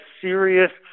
serious